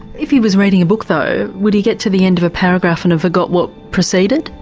if he was reading a book though, would he get to the end of a paragraph and forgot what preceded?